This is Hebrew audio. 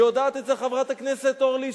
ויודעת את זה חברת הכנסת אורלי,